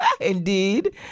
Indeed